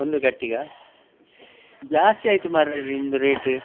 ಒಂದು ಕಟ್ಟಿಗ ಜಾಸ್ತಿ ಆಯಿತು ಮಾರ್ರೆ ನಿಮ್ದು ರೇಟ್